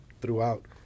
throughout